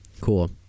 Cool